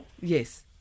Yes